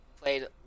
Played